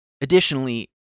Additionally